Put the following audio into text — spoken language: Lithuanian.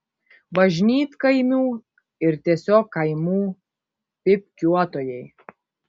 bažnytkaimių ir tiesiog kaimų pypkiuotojai